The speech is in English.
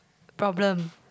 problem